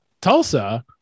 Tulsa